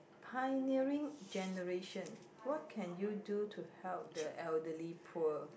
pioneering generation what can you do to help the elderly poor